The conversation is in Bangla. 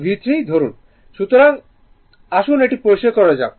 সুতরাং আসুন এটি পরিষ্কার করা যাক